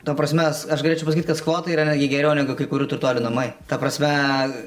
ta prasme as aš galėčiau pasakyt kad skvota yra netgi geriau negu kai kurių turtuolių namai ta prasme